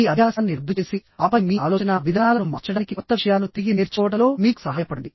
మీ అభ్యాసాన్ని రద్దు చేసి ఆపై మీ ఆలోచనా విధానాలను మార్చడానికి కొత్త విషయాలను తిరిగి నేర్చుకోవడంలో మీకు సహాయపడండి